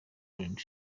rolland